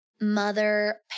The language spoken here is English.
mother